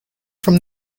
from